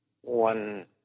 one